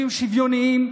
שיהיו שוויוניים,